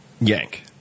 Yank